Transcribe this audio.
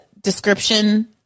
description